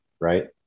right